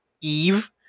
eve